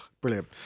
brilliant